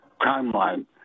timeline